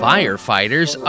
Firefighters